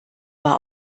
war